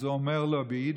אז הוא אמר לו ביידיש: